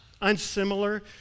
unsimilar